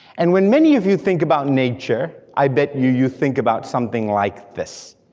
and when many of you think about nature, i bet you you think about something like this.